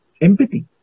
empathy